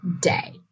day